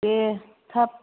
दे थाब